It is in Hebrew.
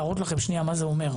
להראות לכם שנייה מה זה אומר,